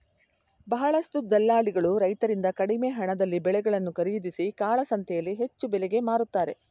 ಬಹಳಷ್ಟು ದಲ್ಲಾಳಿಗಳು ರೈತರಿಂದ ಕಡಿಮೆ ಹಣದಲ್ಲಿ ಬೆಳೆಗಳನ್ನು ಖರೀದಿಸಿ ಕಾಳಸಂತೆಯಲ್ಲಿ ಹೆಚ್ಚು ಬೆಲೆಗೆ ಮಾರುತ್ತಾರೆ